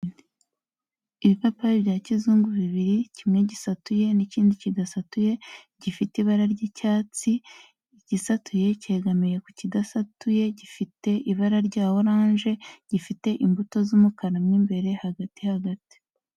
Ibipapayi bya kizungu bibiri, kimwe gisatuye n'ikindi kidasatuye gifite ibara ry'icyatsi, igisatuye cyegamiye ku kidasatuye gifite ibara rya oranje, gifite imbuto z'umukara mo imbere, hagati hagati.